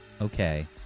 Okay